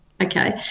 Okay